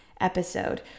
episode